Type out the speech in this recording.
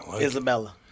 Isabella